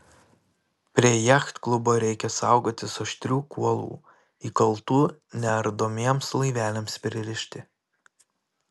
prie jachtklubo reikia saugotis aštrių kuolų įkaltų neardomiems laiveliams pririšti